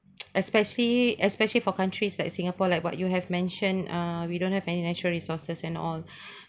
especially especially for countries like singapore like what you have mentioned uh we don't have any natural resources and all